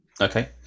okay